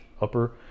upper